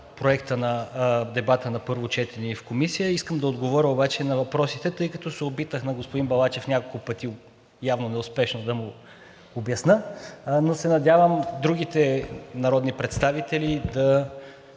преповтарям дебата на първо четене в Комисията. Искам да отговаря обаче на въпросите, тъй като се опитах на господин Балачев няколко пъти – явно неуспешно, да му обясня. Надявам се другите народни представители да